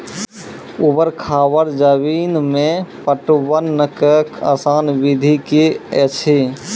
ऊवर खाबड़ जमीन मे पटवनक आसान विधि की ऐछि?